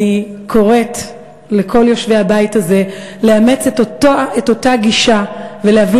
אני קוראת לכל יושבי הבית הזה לאמץ את אותה גישה ולהביא